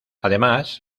además